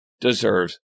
deserves